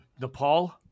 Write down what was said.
Nepal